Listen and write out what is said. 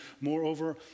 Moreover